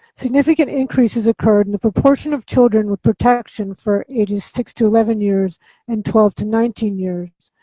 significant increases occurred in the proportion of children with protection for ages six through eleven years and twelve through nineteen years,